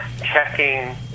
checking